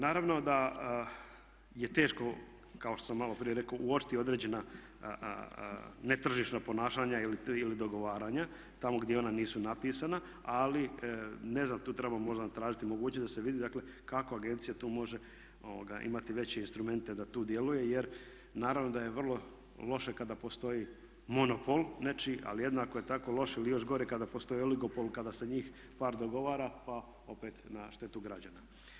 Naravno da je teško kao što sam maloprije rekao uočiti određena netržišna ponašanja ili dogovaranja tamo gdje ona nisu napisana ali ne znam tu treba možda tražiti mogućnost da se vidi dakle kako agencija tu može imati veće instrumente da tu djeluje jer naravno da je vrlo loše kada postoji monopol nečiji ali jednako je tako loše ili još gore kada postoji oligopol kada se njih par dogovara pa opet na štetu građana.